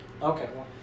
Okay